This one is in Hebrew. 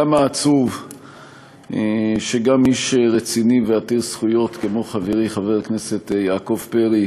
כמה עצוב שגם מי שרציני ועתיר זכויות כמו חברי חבר הכנסת יעקב פרי,